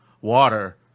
water